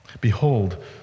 Behold